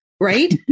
right